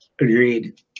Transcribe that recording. Agreed